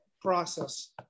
process